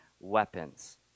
weapons